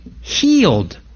healed